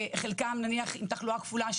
חלקם עם תחלואה כפולה,